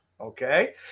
okay